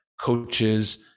coaches